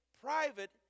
private